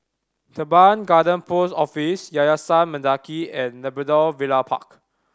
Teban Garden Post Office Yayasan Mendaki and Labrador Villa Park